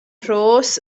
ros